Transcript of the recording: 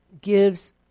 gives